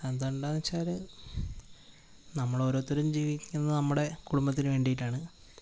അതെന്താണെന്ന് വച്ചാൽ നമ്മളോരോരുത്തരും ജീവിക്കുന്നത് നമ്മുടെ കുടുംബത്തിന് വേണ്ടിയിട്ടാണ്